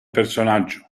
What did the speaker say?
personaggio